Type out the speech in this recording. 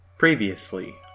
Previously